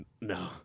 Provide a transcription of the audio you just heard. no